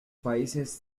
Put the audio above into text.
países